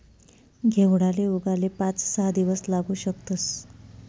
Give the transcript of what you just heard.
घेवडाले उगाले पाच सहा दिवस लागू शकतस